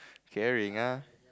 caring ah